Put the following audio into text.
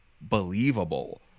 believable